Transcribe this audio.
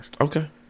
Okay